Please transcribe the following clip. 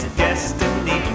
destiny